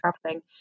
travelling